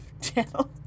channel